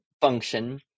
function